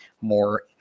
more